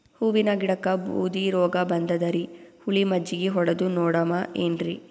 ಹೂವಿನ ಗಿಡಕ್ಕ ಬೂದಿ ರೋಗಬಂದದರಿ, ಹುಳಿ ಮಜ್ಜಗಿ ಹೊಡದು ನೋಡಮ ಏನ್ರೀ?